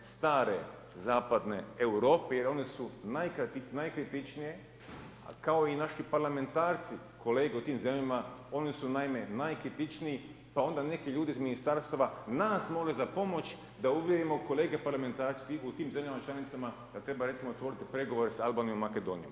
stare zapadne Europe jer one su najkritičnije kao i naši parlamentarci kolege u tim zemljama oni su naime najkritičniji pa onda neki ljudi iz ministarstava nas mole za pomoć da uvjerimo kolege parlamentarce u tim zemljama članicama da treba recimo otvoriti pregovore sa Albanijom i Makedonijom.